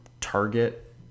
target